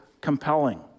compelling